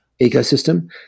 ecosystem